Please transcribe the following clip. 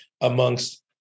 amongst